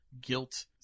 guilt